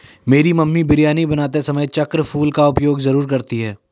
मेरी मम्मी बिरयानी बनाते समय चक्र फूल का उपयोग जरूर करती हैं